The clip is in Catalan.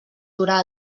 durà